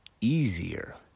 easier